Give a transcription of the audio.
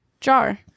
Jar